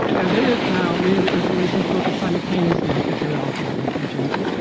and then, as now, many of the installations focus simultaneously on sexuality, race, and gender.